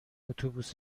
اتوبوس